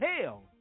hell